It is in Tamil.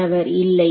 மாணவர் இல்லை